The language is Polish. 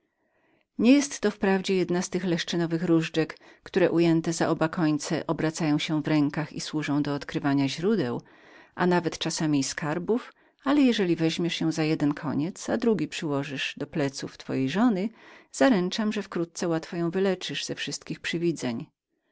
nie jest to wprawdzie jedna z tych czarodziejskich lasek które ujęte za oba końce obracają się w rękach i służą do odkrywania źródeł a nawet czasami i skarbów ale jeżeli weźmiesz ją za jeden koniec a drugi przyłożysz na plecy twojej żony zaręczam że wkrótce łatwo ją wyleczysz ze wszystkich